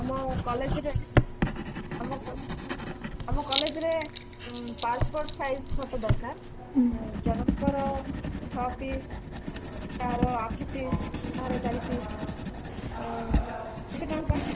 ଆମ କଲେଜ୍ରେ ଆମ କ ଆମ କଲେଜ୍ରେ ପାସ୍ପୋର୍ଟ ସାଇଜ୍ ଫୋଟ ଦରକାର ଜଣଙ୍କର ଛଅ ପିସ୍ କାହାର ଆଠ ପିସ୍ କାହାର ଚାରି ପିସ୍ କେତେ ଟଙ୍କା